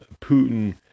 Putin